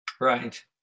Right